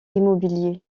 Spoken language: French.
immobiliers